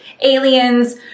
aliens